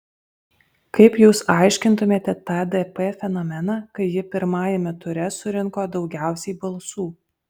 kaip jūs aiškintumėte tą dp fenomeną kai ji pirmajame ture surinko daugiausiai balsų